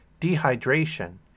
dehydration